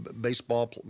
baseball